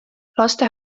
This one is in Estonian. laste